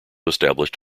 established